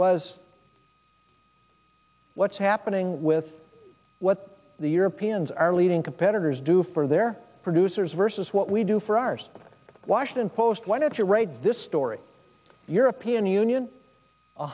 was what's happening with the europeans are leading competitors do for their producers versus what we do for ours washington post why don't you read this story european union